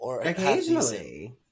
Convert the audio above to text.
Occasionally